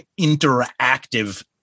interactive